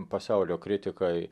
pasaulio kritikai